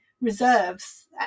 reserves